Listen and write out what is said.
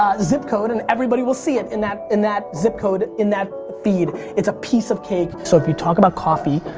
zip code, and everybody will see it in that in that zip code in that feed. it's a piece of cake. so if you talk about coffee,